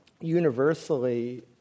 universally